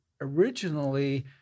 originally